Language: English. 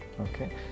okay